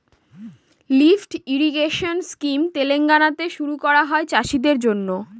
lift irrigation scheme তেলেঙ্গানাতে শুরু করা হয় চাষীদের জন্য